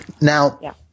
Now